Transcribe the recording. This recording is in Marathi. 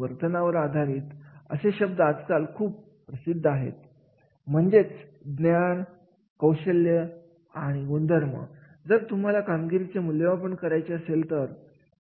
मनुष्यबळाच्या काही अधिकाऱ्यांनी असे ओळखले की जर तुम्हाला एखादे कार्य समजून घ्यायचे असेल तर